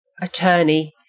attorney